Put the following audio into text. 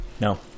No